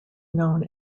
known